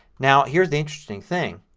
now here's the interesting thing.